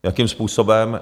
Jakým způsobem...